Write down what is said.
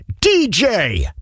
DJ